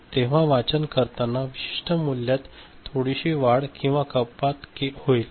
तेव्हा वाचन करताना या विशिष्ट मूल्यात थोडीशी वाढ किंवा कपात होईल